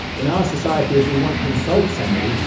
in our society, if we want to insult somebody,